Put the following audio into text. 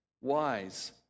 Wise